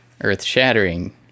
earth-shattering